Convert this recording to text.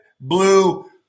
blue